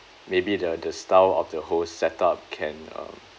maybe the the style of the whole setup can uh